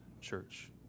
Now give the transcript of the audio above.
church